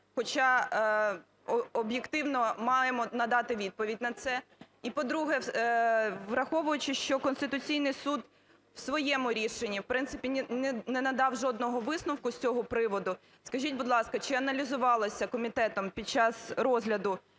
хоча об'єктивно маємо надати відповідь на це. І по-друге, враховуючи, що Конституційний Суд в своєму рішенні в принципі не надав жодного висновку з цього приводу, скажіть, будь ласка, чи аналізувалося комітетом під час розгляду